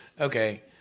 okay